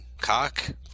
cock